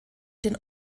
den